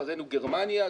אחרינו גרמניה,